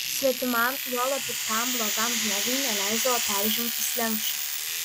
svetimam juolab piktam blogam žmogui neleisdavo peržengti slenksčio